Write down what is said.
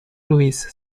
louise